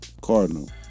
cardinal